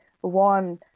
one